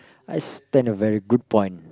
I stand a very good point